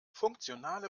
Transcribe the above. funktionale